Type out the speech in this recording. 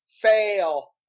Fail